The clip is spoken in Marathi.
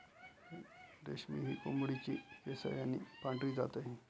रेशमी ही कोंबडीची केसाळ आणि पांढरी जात आहे